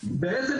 שלך,